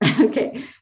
Okay